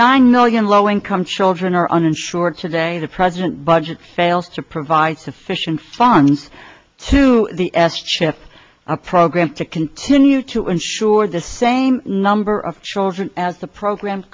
nine million low income children are uninsured today the president budget fails to provide sufficient farms to the s chip program to continue to insure the same number of children as the program